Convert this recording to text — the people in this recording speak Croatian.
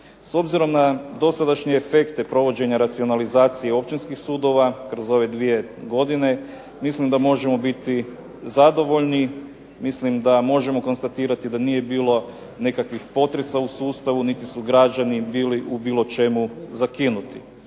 S obzirom na dosadašnje efekte provođenja racionalizacije općinskih sudova kroz ove dvije godine mislim da možemo biti zadovoljni, mislim da možemo konstatirati da nije bilo nekakvih potresa u sustavu niti su građani bili u bilo čemu zakinuti.